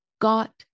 got